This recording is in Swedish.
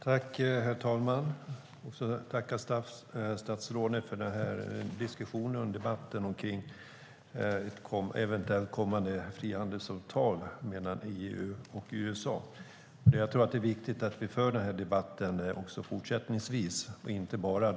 Herr talman! Jag vill tacka statsrådet för debatten om ett eventuellt kommande frihandelsavtal mellan EU och USA. Det är viktigt att vi även fortsättningsvis för den här debatten.